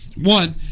one